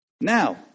Now